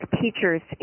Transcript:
teachers